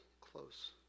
close